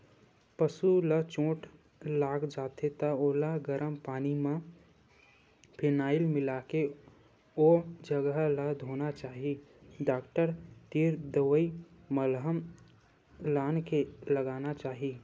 पसु ल चोट लाग जाथे त ओला गरम पानी म फिनाईल मिलाके ओ जघा ल धोना चाही डॉक्टर तीर दवई मलहम लानके लगाना चाही